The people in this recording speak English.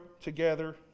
together